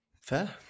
Fair